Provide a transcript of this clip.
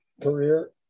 career